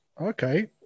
okay